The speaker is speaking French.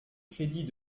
crédits